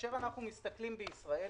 אם ההיטלים היו מועלים,